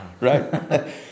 Right